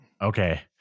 Okay